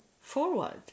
forward